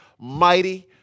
mighty